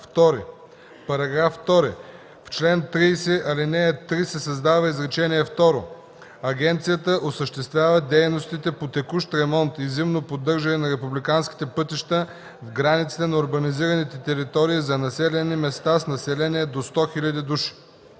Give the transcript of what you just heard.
2: „§ 2. В чл. 30, ал. 3 се създава изречение второ: „Агенцията осъществява дейностите по текущ ремонт и зимно поддържане на републиканските пътища в границите на урбанизираните територии за населени места с население до 100 хил. души.”